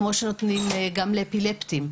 כמו שנותנים גם לאפילפטיים,